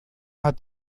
hat